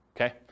okay